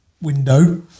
window